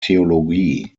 theologie